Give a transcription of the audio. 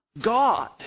God